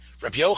Rabbi